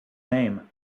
name